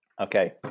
Okay